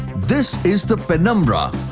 this is the penumbra,